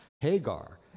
Hagar